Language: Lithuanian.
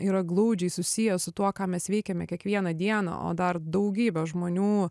yra glaudžiai susiję su tuo ką mes veikiame kiekvieną dieną o dar daugybė žmonių